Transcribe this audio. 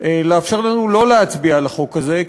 לאפשר לנו לא להצביע על החוק הזה.